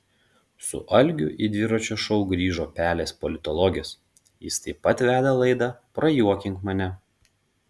su algiu į dviračio šou grįžo pelės politologės jis taip pat veda laidą prajuokink mane